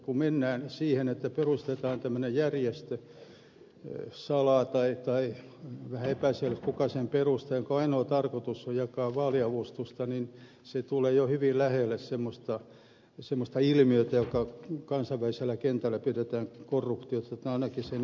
kun mennään siihen että perustetaan tämmöinen järjestö salaa tai vähän epäselvästi sen suhteen kuka sen perustaa ja sen ainoa tarkoitus on jakaa vaaliavustusta niin se tulee jo hyvin lähelle semmoista ilmiötä jota kansainvälisellä kentällä pidetään korruptiona tai ainakin sen esiasteena